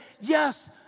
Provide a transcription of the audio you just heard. yes